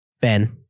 Ben